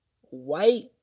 white